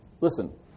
Listen